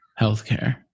healthcare